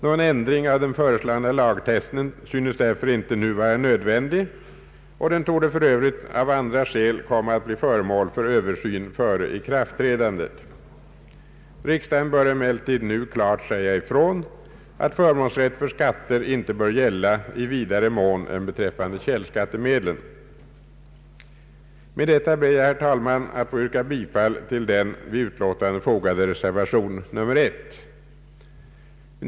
Någon ändring av den föreslagna lagtexten synes därför inte nu vara nödvändig, och texten torde för övrigt av andra skäl komma att bli föremål för översyn före ikraftträdandet. Riksdagen bör emellertid nu klart säga ifrån att förmånsrätt för skatter inte bör gälla i vidare mån än beträffande källskattemedlen. Med detta ber jag, herr talman, att få yrka bifall till den vid utlåtandet fogade reservationen nr 1.